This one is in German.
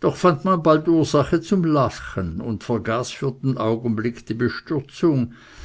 doch fand man bald ursache zum lachen und vergaß für den augenblick die bestürzung